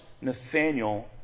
nathaniel